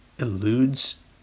eludes